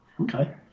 Okay